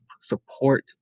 support